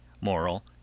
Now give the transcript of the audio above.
MORAL